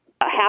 half